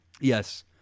Yes